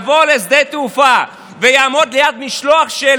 יבוא לשדה התעופה ויעמוד ליד משלוח של